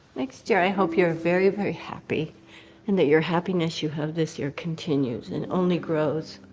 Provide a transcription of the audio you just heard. next year, i hope you're very, very happy and that your happiness you have this year continues and only grows.